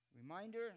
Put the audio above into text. reminder